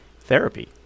therapy